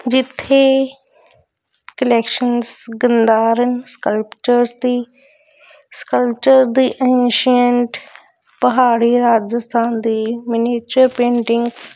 ਜਿੱਥੇ collections Gandharans cultures ਦੀ sculpture ਦੀ ਇੰਸ਼ੀਐਟ ਪਹਾੜੀ ਰਾਜਸਥਾਨ ਦੀ ਮੀਨੀਏਚਰ ਪੇਂਟਿੰਗਸ